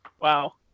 Wow